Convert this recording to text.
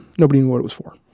nobody knew what it was for.